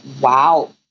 wow